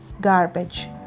garbage